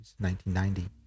1990